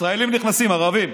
ישראלים נכנסים, ערבים,